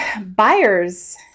buyer's